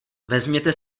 vezměte